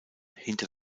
hinter